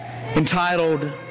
entitled